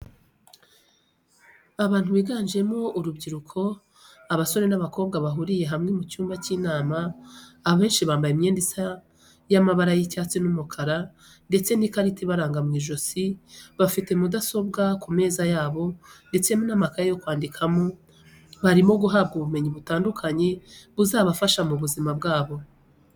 Abantu biganjemo urubyiruko abasore n'abakobwa bahuriye hamwe mu cyumba cy'inama abenshi bambaye imyenda isa y'amabara y'icyatsi n'umukara ndetse n'ikarita ibaranga mw'ijosi bafite mudasobwa ku meza yabo ndetse n'amakaye yo kwandikamo, barimo guhabwa ubumenyi butandukanye buzabafasha mu buzima bwabo.